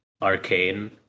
arcane